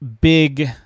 big